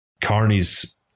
Carney's